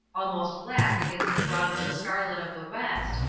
almost black against the bronze and scarlet of the west,